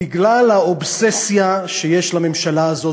בגלל האובססיה שיש לממשלה הזאת,